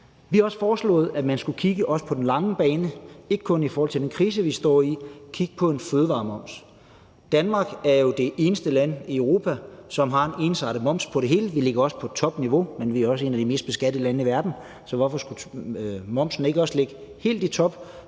Vi har også foreslået, at man på den lange bane og ikke kun i den krise, som vi står i, skulle kigge på en fødevaremoms. Danmark er jo det eneste land i Europa, som har en ensartet moms på det hele. Vi ligger på et topniveau, men vi er også et af de mest beskattede lande i verden, så hvorfor skulle momsen ikke også ligge helt i top,